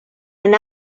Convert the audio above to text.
and